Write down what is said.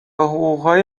حقوقهای